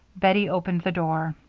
bettie opened the door.